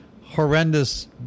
horrendous